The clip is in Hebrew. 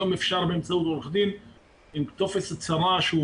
היום אפשר באמצעות עורך דין עם טופס הצהרה שלו